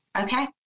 Okay